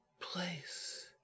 place